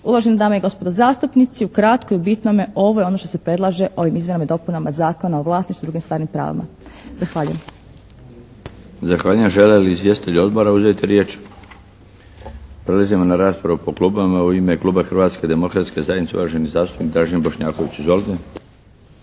Uvažene dame i gospodo zastupnici u kratko i bitnome ovo je ono što se predlaže ovim izmjenama i dopunama Zakona o vlasništvu i drugim stvarnim pravima. Zahvaljujem. **Milinović, Darko (HDZ)** Zahvaljujem. Žele li izvjestitelji odbora uzeti riječ? Prelazimo na raspravu po klubovima. U ime kluba Hrvatske demokratske zajednice, uvaženi zastupnik Dražen Bošnjaković. Izvolite.